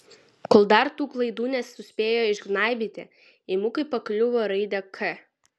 kol dar tų klaidų nesuspėjo išgnaibyti imu kaip pakliuvo raidę k